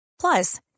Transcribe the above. Plus